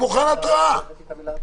התראה.